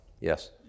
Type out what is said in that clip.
Yes